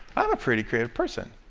i'm a pretty creative person!